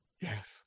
Yes